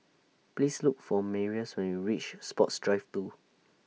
Please Look For Marius when YOU REACH Sports Drive two